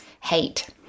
hate